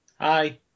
Hi